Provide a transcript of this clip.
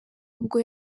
ubwo